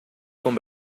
con